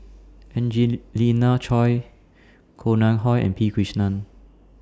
Angelina Choy Koh Nguang How and P Krishnan